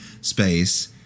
space